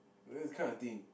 you know this kind of thing